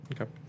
Okay